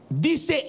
Dice